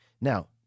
Now